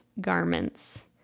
garments